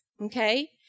Okay